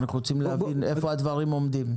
אנחנו רוצים להבין איפה הדברים עומדים.